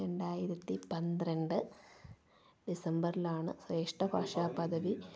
രണ്ടായിരത്തി പന്ത്രണ്ട് ഡിസംബറിലാണ് ശ്രേഷ്ഠഭാഷ പദവി